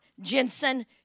Jensen